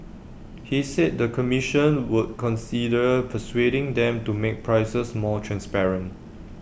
he said the commission would consider persuading them to make prices more transparent